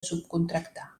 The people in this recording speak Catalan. subcontractar